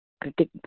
critic